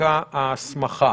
תפקע ההסמכה.